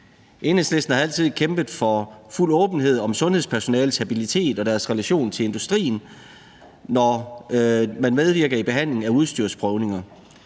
Enhedslisten har altid kæmpet for fuld åbenhed om sundhedspersonalets habilitet og dets relation til industrien, når man medvirker i udførelse af udstyrsprøvninger.